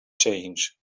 change